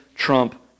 Trump